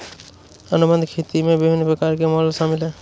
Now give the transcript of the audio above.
अनुबंध खेती में विभिन्न प्रकार के मॉडल शामिल हैं